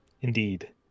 Indeed